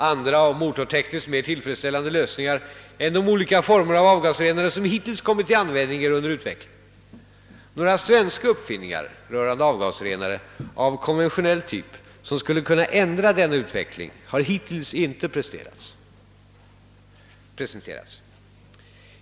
Andra och motortekniskt mer tillfredsställande lösningar än de olika former av avgasrenare, som hittills kommit till användning, är under utveckling. Några svenska uppfinningar rörande avgasrenare av konventionell typ, som skulle ändra denna utveckling, har hittills inte presenterats.